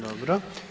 Dobro.